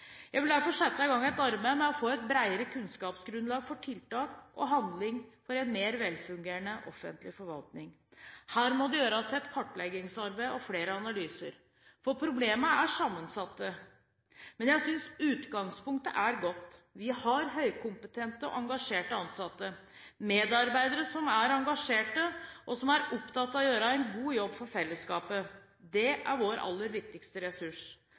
Jeg vil derfor sette i gang et arbeid for å få et bedre kunnskapsgrunnlag for tiltak og handling for en mer velfungerende offentlig forvaltning. Her må det gjøres et kartleggingsarbeid og flere analyser. Problemene er sammensatte. Men jeg synes utgangspunktet er godt. Vi har høyt kompetente og engasjerte ansatte – medarbeidere som er engasjerte og som er opptatt av å gjøre en god jobb for fellesskapet. Det er vår aller viktigste ressurs.